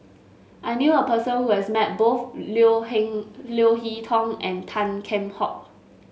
I knew a person who has met both Leo Leo Hee Tong and Tan Kheam Hock